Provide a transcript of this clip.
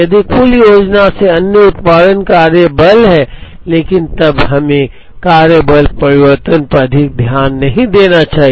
यदि कुल योजना से अन्य उत्पादन कार्य बल है लेकिन तब हमें कार्य बल परिवर्तन पर अधिक ध्यान नहीं देना चाहिए